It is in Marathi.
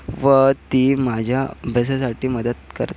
व ती माझ्या अभ्यासासाठी मदत करते